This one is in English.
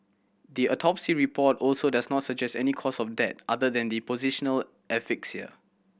the autopsy report also does not suggest any cause of death other than the positional asphyxia